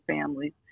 families